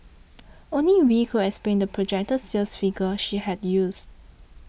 only Wee could explain the projected sales figure she had used